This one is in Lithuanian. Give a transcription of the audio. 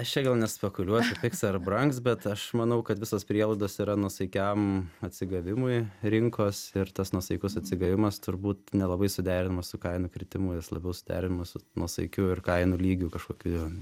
aš čia gal nespekuliuosiu pigs ar brangs bet aš manau kad visos prielaidos yra nuosaikiam atsigavimui rinkos ir tas nuosaikus atsigavimas turbūt nelabai suderinamas su kainų kritimu jis labiau suderinamas su nuosaikiu ir kainų lygiu kažkokiu